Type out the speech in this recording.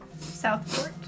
Southport